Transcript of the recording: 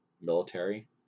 military